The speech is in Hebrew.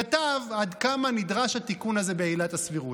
כתב עד כמה נדרש התיקון הזה בעילת הסבירות.